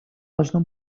должно